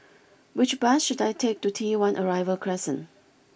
which bus should I take to T one Arrival Crescent